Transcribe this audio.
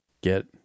get